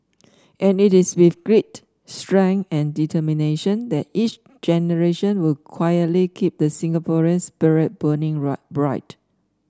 and it is with grit strength and determination that each generation will quietly keep the Singaporeans spirit burning bright